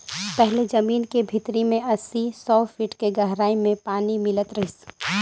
पहिले जमीन के भीतरी में अस्सी, सौ फीट के गहराई में पानी मिलत रिहिस